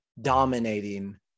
dominating